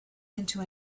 into